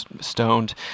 stoned